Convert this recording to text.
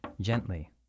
gently